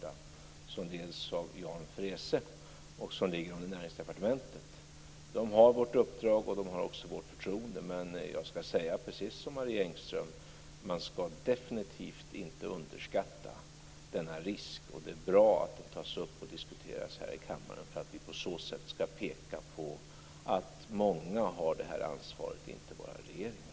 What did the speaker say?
Den leds av Jan Freese och ligger under Näringsdepartementet. Den har vårt uppdrag och även vårt förtroende. Jag ska dock säga precis som Marie Engström, nämligen att man definitivt inte ska underskatta denna risk. Det är bra att den tas upp och diskuteras här i kammaren, så att vi kan peka på att många har det här ansvaret, inte bara regeringen.